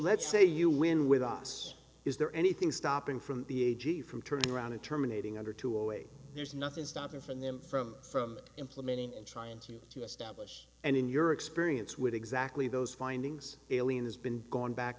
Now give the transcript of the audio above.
let's say you win with us is there anything stopping from the a g from turning around and terminating under two away there's nothing stopping from them from from implementing and trying to establish and in your experience with exactly those findings alien has been going back